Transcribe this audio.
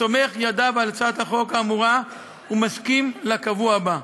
שסומך ידיו על הצעת החוק האמורה, ומסכים לקבוע בה.